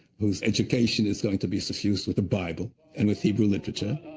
whose education is going to be suffused with the bible and with hebrew literature.